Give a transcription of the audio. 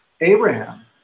Abraham